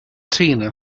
tina